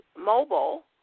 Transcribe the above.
mobile